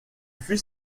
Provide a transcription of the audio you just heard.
fut